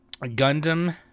Gundam